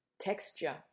Texture